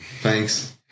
Thanks